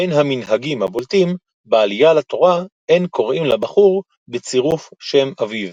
בין המנהגים הבולטים בעלייה לתורה אין קוראים לבחור בצירוף שם אביו.